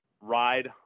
ride